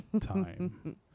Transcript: Time